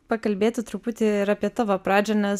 pakalbėti truputį ir apie tavo pradžią nes